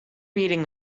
reading